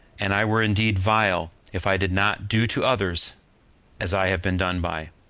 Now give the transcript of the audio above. and i were indeed vile if i did not do to others as i have been done by.